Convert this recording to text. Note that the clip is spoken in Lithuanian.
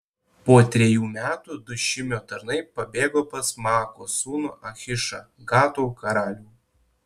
po trejų metų du šimio tarnai pabėgo pas maakos sūnų achišą gato karalių